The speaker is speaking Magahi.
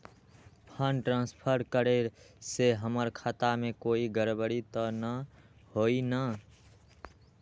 फंड ट्रांसफर करे से हमर खाता में कोई गड़बड़ी त न होई न?